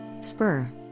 Spur